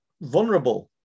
vulnerable